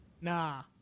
Nah